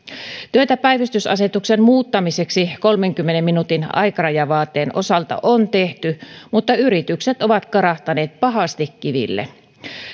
työtä päivystysasetuksen muuttamiseksi kolmenkymmenen minuutin aikarajavaateen osalta on tehty mutta yritykset ovat karahtaneet pahasti kiville